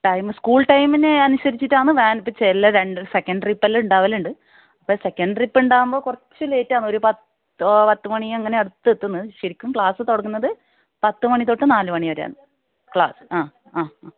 time school ടൈമിന് അനുസരിച്ചിട്ടാണ് van ഇപ്പോൾ ചില രണ്ട് സെക്കൻഡ് ട്രിപ്പ് എല്ലാം ഉണ്ടാവലുണ്ട് അപ്പോൾ സെക്കൻഡ് ട്രിപ്പ് ഉണ്ടാവുമ്പോൾ കുറച്ച് ലേറ്റ് ആകും ഒരു പത്ത് പത്തു മണി അങ്ങനെ അടുത്തെത്തുമെന്ന് ശരിക്കും ക്ലാസ് തുടങ്ങുന്നത് പത്തുമണി തൊട്ട് നാല് മണി വരെയാണ് ക്ലാസ്സ് ആ ആ